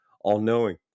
all-knowing